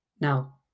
Now